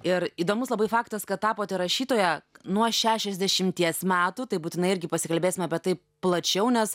ir įdomus labai faktas kad tapote rašytoja nuo šešiasdešimties metų tai būtinai irgi pasikalbėsime apie tai plačiau nes